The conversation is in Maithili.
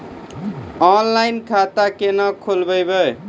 ऑनलाइन खाता केना खोलभैबै?